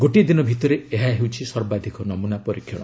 ଗୋଟିଏ ଦିନ ଭିତରେ ଏହା ହେଉଛି ସର୍ବାଧିକ ନମୁନା ପରୀକ୍ଷଣ